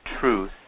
truth